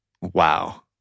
wow